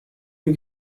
you